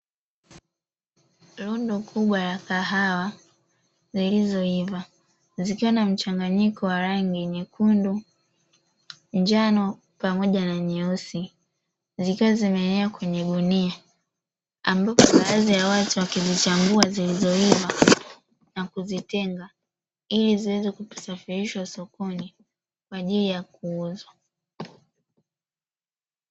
Lundo kubwa la kahawa zilizoiva zikiwa na mchanganyiko wa rangi nyekundu, njano, pamoja na nyeusi, zikiwa zimeenea kwenye gunia, ambapo baadhi ya watu wakizichambua zilizoiva na kuzitenga ili ziweze kusafirishwa sokoni kwa ajili ya kuuzwa.